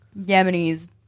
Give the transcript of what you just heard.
Yemenis